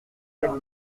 cette